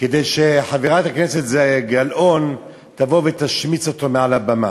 וכדי שחברת הכנסת גלאון תבוא ותשמיץ אותו מעל הבמה,